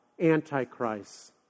Antichrist